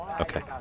Okay